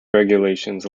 regulations